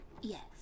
Yes